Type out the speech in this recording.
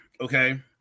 okay